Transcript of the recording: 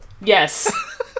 Yes